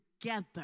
together